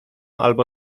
albo